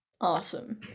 Awesome